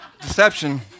deception